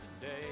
today